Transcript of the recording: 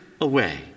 away